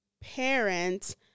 parent